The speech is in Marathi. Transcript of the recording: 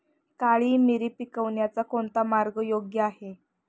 काळी मिरी पिकवण्याचा कोणता मार्ग योग्य आहे?